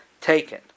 taken